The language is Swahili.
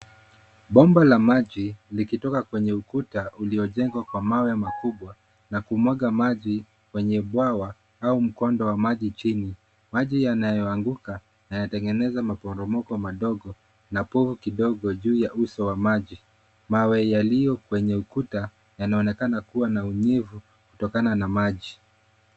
Bomba la maji, likitoka kwenye ukuta uliojengwa kwa mawe makubwa na kumwaga maji kwenye bwawa au mkondo wa maji chini. Maji yanayoanguka, yanatengeneza maporomoko madogo na povu kidogo juu ya uso wa maji. Mawe yaliyo kwenye ukuta, yanaonekana kuwa na unyevu kutokana na maji.